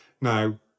now